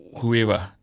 whoever